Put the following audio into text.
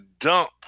dump